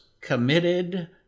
committed